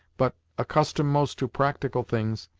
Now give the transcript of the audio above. but, accustomed most to practical things,